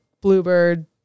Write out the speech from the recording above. bluebird